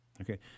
Okay